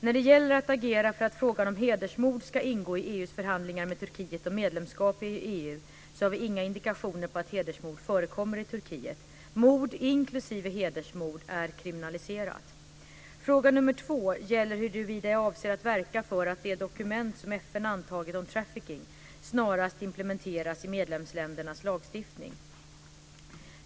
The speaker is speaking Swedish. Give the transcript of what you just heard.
När det gäller att agera för att frågan om hedersmord ska ingå i EU:s förhandlingar med Turkiet om medlemskap i EU har vi inga indikationer på att hedersmord förekommer i Turkiet. Mord inklusive hedersmord är kriminaliserat i Turkiet. Fråga nummer två gäller huruvida jag avser att verka för att det dokument som FN antagit om trafficking snarast implementeras i medlemsländernas lagstiftning.